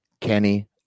Kenny